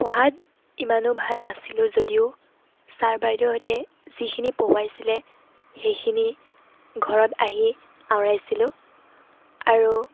পঢ়াত ইমানো ভাল নাছিলোঁ যদিও ছাৰ বাইদেউহঁতে যিখিনি পঢ়োৱাইছিলে সেইখিনি ঘৰত আহি আওৰাইছিলোঁ আৰু